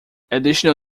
additional